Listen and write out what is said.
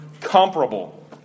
comparable